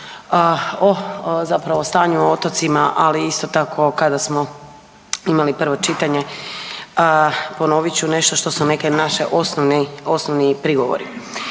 o zapravo stanju o otocima, ali isto tako kada smo imali prvo čitanje, ponovit ću nešto što su neki naši osnovni, osnovni